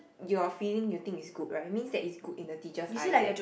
your feeling you think it's good right means that it's good in the teacher's eyes eh